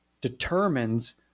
determines